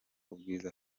ubwiza